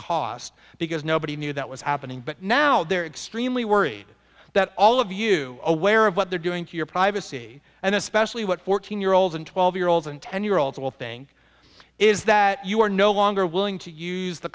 cost because nobody knew that was happening but now they're extremely worried that all of you aware of what they're doing to your privacy and especially what fourteen year olds and twelve year olds and ten year olds will think is that you are no longer willing to use the